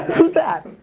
who's that?